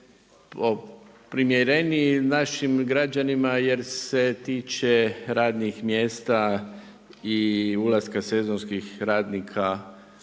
primjereniji našim građanima jer se tiče radnih mjesta i ulaska sezonskih radnika